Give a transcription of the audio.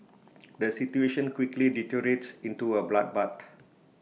the situation quickly deteriorates into A bloodbath